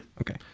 okay